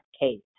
case